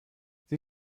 sie